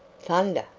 thunder!